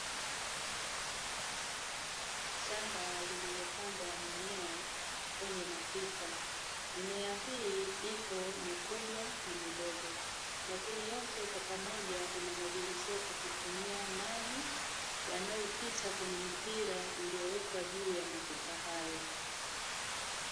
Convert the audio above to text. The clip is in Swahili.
Shamba lililopandwa mimea kwenye matuta. Mimea hii ipo mikubwa na midogo, lakini yote kwa pamoja inamwagiliziwa kwa kutumia maji, yanayopita kwenye mipira iliyowekwa juu ya matuta hayo.